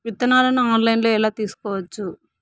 విత్తనాలను ఆన్లైన్లో ఎలా తీసుకోవచ్చు